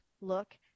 look